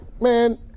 man